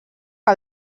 que